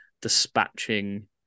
dispatching